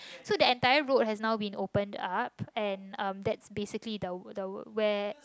so the entire road has now been opened up and um that's basically the w~ the where